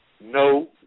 No